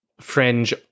fringe